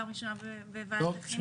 פעם ראשונה בוועדת החינוך.